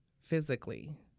physically